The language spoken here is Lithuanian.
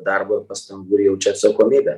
darbo ir pastangų ir jaučia atsakomybę